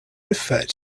referred